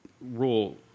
rule